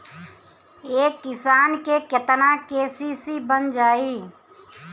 एक किसान के केतना के.सी.सी बन जाइ?